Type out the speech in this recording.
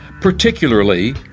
particularly